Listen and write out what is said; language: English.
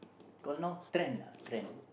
got no trend lah trend